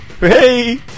Hey